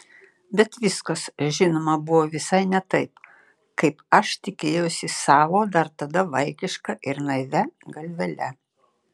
bet viskas žinoma buvo visai ne taip kaip aš tikėjausi savo dar tada vaikiška ir naivia galvele